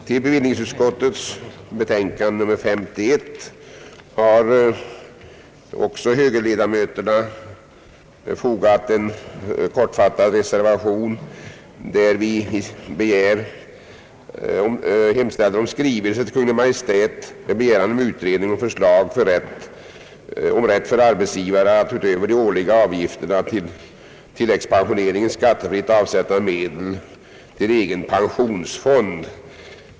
Till bevillningsutskottets betänkande nr 51 har högerledamöterna fogat en kortfattad reservation, vari vi hemställer om skrivelse till Kungl. Maj:t med begäran om utredning och förslag om rätt för arbetsgivare att — utöver de årliga avgifterna för tilläggspensioneringen — skattefritt avsätta medel för egen pensionsfond.